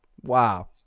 Wow